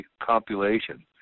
compilation